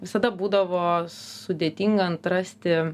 visada būdavo sudėtinga atrasti